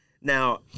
Now